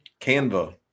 Canva